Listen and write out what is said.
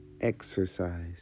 exercise